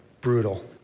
brutal